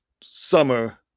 summer